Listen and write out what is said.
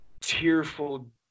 tearful